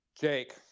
Jake